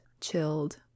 chilled